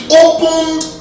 opened